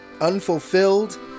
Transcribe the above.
Unfulfilled